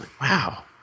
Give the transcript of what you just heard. Wow